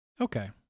Okay